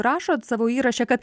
rašot savo įraše kad